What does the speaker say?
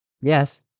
Yes